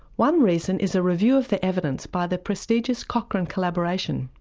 one reason is a review of the evidence by the prestigious cochrane collaboration.